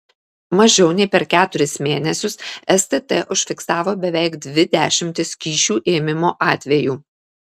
mažiau nei per keturis mėnesius stt užfiksavo beveik dvi dešimtis kyšių ėmimo atvejų